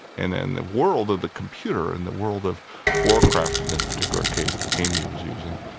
and and the world of the computer and the world of warcraft in this particular case, the game he was using,